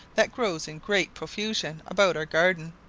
that grows in great profusion about our garden,